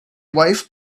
wife